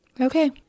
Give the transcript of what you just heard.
Okay